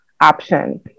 option